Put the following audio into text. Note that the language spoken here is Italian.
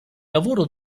lavoro